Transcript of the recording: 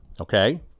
Okay